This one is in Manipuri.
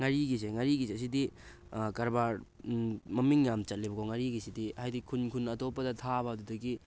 ꯉꯥꯔꯤꯒꯤꯁꯦ ꯉꯥꯔꯤꯒꯤꯁꯦ ꯑꯁꯤꯗꯤ ꯀꯔꯕꯥꯔ ꯃꯃꯤꯡ ꯌꯥꯝ ꯆꯠꯂꯦꯕꯀꯣ ꯉꯥꯔꯤꯒꯤꯁꯤꯗꯤ ꯍꯥꯏꯗꯤ ꯈꯨꯟ ꯈꯨꯟ ꯑꯇꯣꯞꯄꯗ ꯊꯥꯕ ꯑꯗꯨꯗꯒꯤ